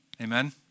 amen